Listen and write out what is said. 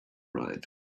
ride